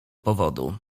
powodu